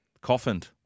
Coffined